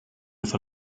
with